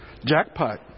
Jackpot